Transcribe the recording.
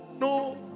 no